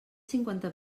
cinquanta